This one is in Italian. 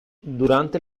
durante